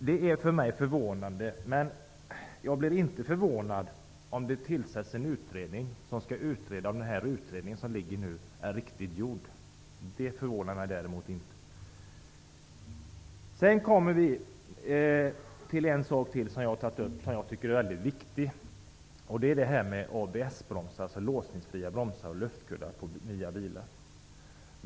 Det förvånar mig, men jag skulle däremot inte bli förvånad om det tillsätts en utredning som skall utreda om den här utredningen är riktigt gjord. Det finns en sak till som jag har tagit upp och som jag tycker är mycket viktig. Det gäller detta med ABS-bromsar, dvs. låsningsfria bromsar, och luftkuddar i nya bilar.